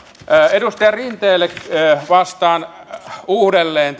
edustaja rinteelle vastaan uudelleen